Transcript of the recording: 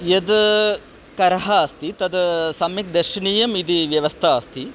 यद् करः अस्ति तद सम्यक् दर्शनीयम् इति व्यवस्था अस्ति